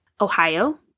Ohio